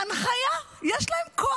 ההנחיה, יש להם כוח.